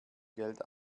geld